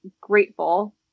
grateful